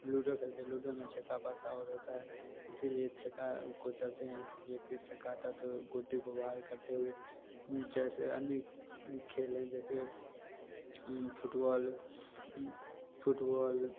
ludo खेलते हैं ludo में छक्का पासा और होता है इसी लिए छक्का को चलते हैं इसी लिए फिर छक्का आता है तो गोटी को बाहर करते हुए जैसे अन्य खेल हैं जैसे फुटबॉल फुटबॉल